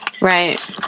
Right